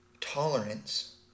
tolerance